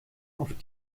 auf